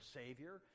savior